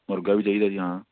ਮੁਰਗਾ ਵੀ ਚਾਹੀਦਾ ਜੀ ਹਾਂ